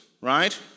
right